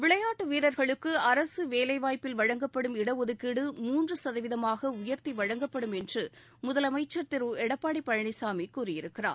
விளையாட்டு வீரர்களுக்கு அரசு வேலை வாய்ப்பில் வழங்கப்படும் இட ஒதுக்கீடு மூன்று சதவீதமாக உயர்த்தி வழங்கப்படும் என்று தமிழக முதலமைச்சர் திரு எடப்பாடி பழனிசாமி கூறியிருக்கிறார்